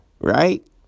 Right